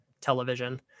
television